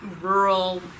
rural